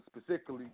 Specifically